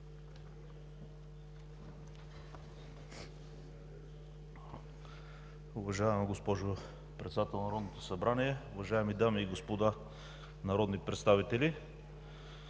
Уважаема госпожо Председател на Народното събрание, дами и господа народни представители!